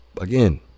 Again